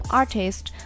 artist